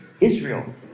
Israel